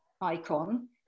icon